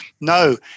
No